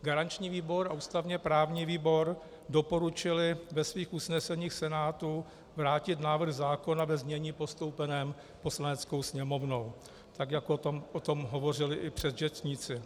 Garanční výbor a ústavněprávní výbor doporučily ve svých usneseních Senátu vrátit návrh zákona ve znění postoupeném Poslaneckou sněmovnou, tak jak o tom hovořili i předřečníci.